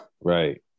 Right